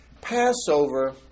Passover